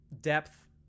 depth